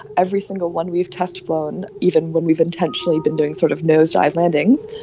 every single one we've test-flown, even when we've intentionally been doing sort of nosedive landings,